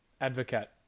advocate